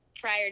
prior